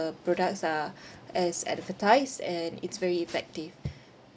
products are as advertised and it's very effective